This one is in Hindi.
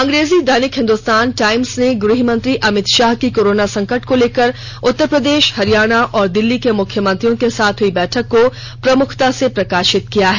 अंग्रेजी दैनिक हिंदुस्तान टाइम्स ने गृह मंत्री अमित षाह की कोरोना संकट को लेकर उत्तर प्रदेष हरियाणा और दिल्ली के मुख्यमंत्रियों के साथ हुई बैठक को प्रमुखता से प्रकाषित किया है